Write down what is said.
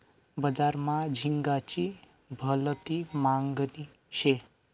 बजार मा झिंगाची भलती मागनी शे